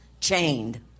chained